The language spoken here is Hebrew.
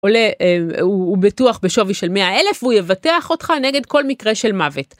עולה, הוא בטוח בשווי של 100,000 והוא יבטח אותך נגד כל מקרה של מוות.